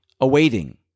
awaiting